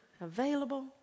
available